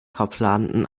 verplanten